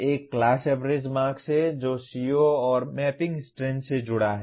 एक class average marks है जो CO और मैपिंग स्ट्रेंथ से जुड़ा है